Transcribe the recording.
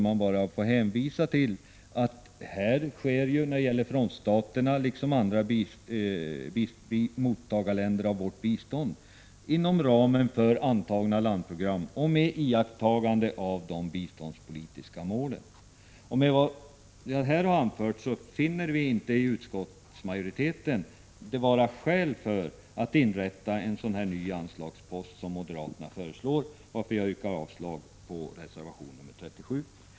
Jag ber att få hänvisa till att vårt biståndssamarbete med dem, liksom med andra länder som mottar vårt bistånd, sker inom ramen för antagna landprogram och med iakttagande av våra biståndspolitiska mål. Därför finner vi i utskottsmajoriteten att det inte finns skäl att inrätta en ny anslagspost, som moderaterna föreslår, varför jag yrkar avslag på reservation 37.